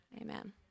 Amen